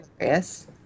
yes